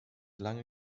lange